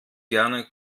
gerne